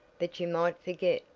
but you might forget,